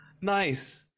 nice